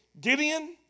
Gideon